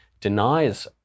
denies